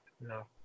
No